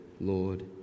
Lord